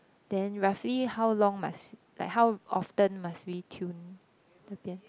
then roughly how long must like how often must we tune the pian~